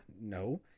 No